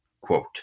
quote